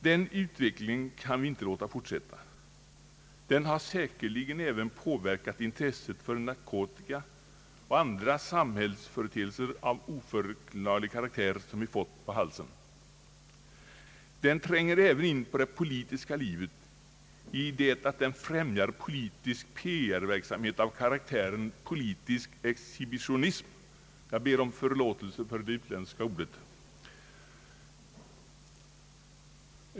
Den utvecklingen kan vi inte låta fortsätta. Den har säkerligen även påverkat intresset för narkotika och andra samhällsföreteelser av oförklarlig karaktär, som vi fått på halsen. Den tränger även in på det politiska livet, i det att den främjar politisk PR-verksamhet av karaktären politisk exhibitionism — förlåt det utrikiska ordet.